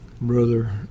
Brother